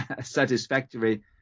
satisfactory